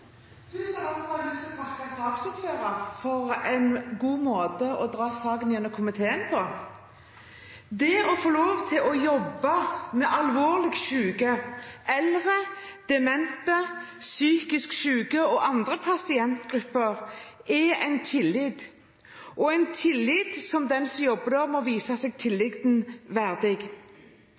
Først av alt har jeg lyst til å takke saksordføreren for en god måte å dra saken gjennom komiteen på. Det å få lov til å jobbe med alvorlig syke, eldre, demente, psykisk syke og andre pasientgrupper er en tillit, og en tillit som den som jobber der, må vise seg verdig.